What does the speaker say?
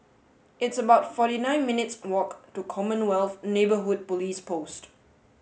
it's about forty nine minutes walk to Commonwealth Neighbourhood Police Post